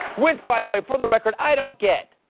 which, by the way, for the record i don't get.